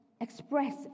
express